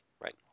Right